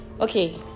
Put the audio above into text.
okay